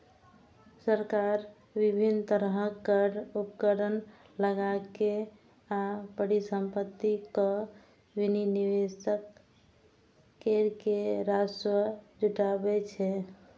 सरकार विभिन्न तरहक कर, उपकर लगाके आ परिसंपत्तिक विनिवेश कैर के राजस्व जुटाबै छै